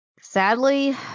Sadly